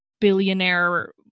billionaire